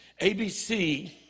ABC